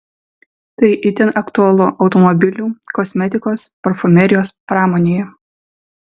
tai itin aktualu automobilių kosmetikos parfumerijos pramonėje